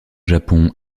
japon